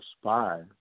spy